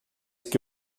que